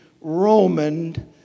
Roman